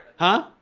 huh?